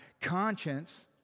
conscience